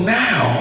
now